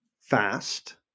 fast